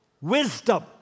wisdom